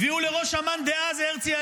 הזמן נגמר, הזמן